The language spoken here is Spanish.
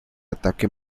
ataque